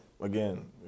again